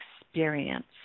experience